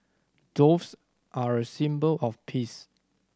doves are a symbol of peace